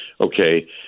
Okay